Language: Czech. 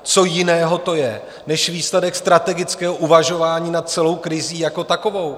Co jiného to je než výsledek strategického uvažování nad celou krizí jako takovou?